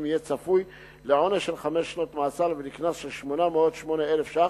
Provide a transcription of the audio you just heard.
יהיה צפוי לעונש של חמש שנות מאסר ולקנס של 808,000 שקלים.